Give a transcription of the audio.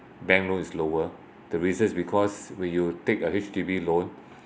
bank loan is lower the reason is because when you take a H_D_B loan